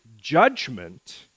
judgment